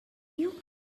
you